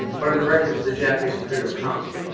but in the record of the japanese imperial council.